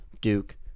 Duke